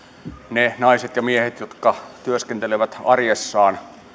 ne naiset ja miehet jotka työskentelevät arjessaan